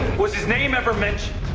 was his name ever mentioned?